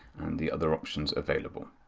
and the other options available.